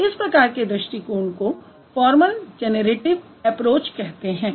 तो इस प्रकार के दृष्टिकोण को फॉर्मल जैनैरेटिव ऐप्रोच कहते हैं